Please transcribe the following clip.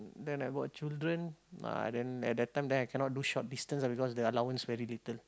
then I got children ah then at that time then I cannot do short distance ah because the allowance very little